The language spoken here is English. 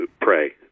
pray